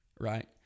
Right